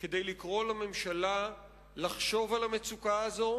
כדי לקרוא לממשלה לחשוב על המצוקה הזאת